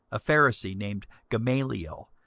a pharisee, named gamaliel,